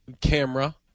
camera